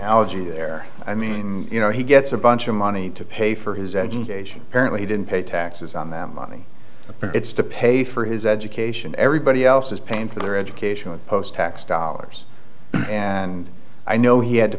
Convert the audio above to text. allergy there i mean you know he gets a bunch of money to pay for his education apparently he didn't pay taxes on that money but it's to pay for his education everybody else is paying for their education post tax dollars and i know he had to